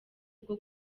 bwo